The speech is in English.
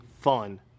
fun